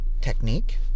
technique